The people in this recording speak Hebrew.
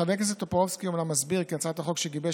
חבר הכנסת טופורובסקי אומנם מסביר כי הצעת החוק שגיבש